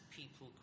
people